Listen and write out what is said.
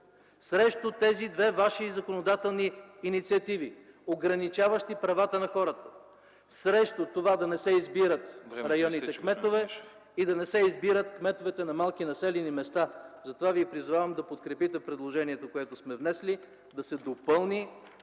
срещу тези две ваши законодателни инициативи, ограничаващи правата на хората, срещу това да не се избират районните кметове и да не се избират кметовете на малки населени места. Затова ви призовавам да подкрепите предложението, което сме внесли, да се допълни